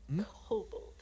cobalt